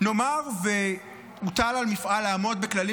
נאמר שמוטל על מפעל לעמוד בכללים